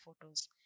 photos